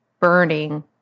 burning